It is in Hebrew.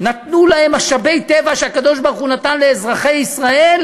נתנו להם משאבי טבע שהקדוש-ברוך-הוא נתן לאזרחי ישראל,